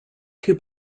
two